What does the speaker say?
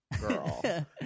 girl